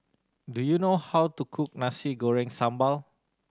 do you know how to cook Nasi Goreng Sambal